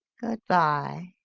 good-bye,